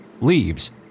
leaves